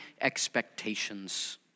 expectations